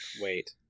Wait